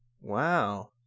Wow